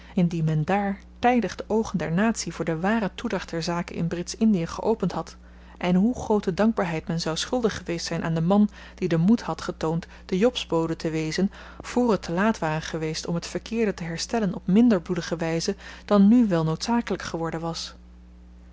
indien men dààr tydig de oogen der natie voor de ware toedracht der zaken in britsch indie geopend had en hoe groote dankbaarheid men zou schuldig geweest zyn aan den man die den moed had getoond de jobsbode te wezen voor het te laat ware geweest om t verkeerde te herstellen op minder bloedige wyze dan nu wel noodzakelyk geworden was